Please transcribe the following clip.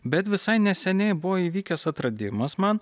bet visai neseniai buvo įvykęs atradimas man